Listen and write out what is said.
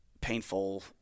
painful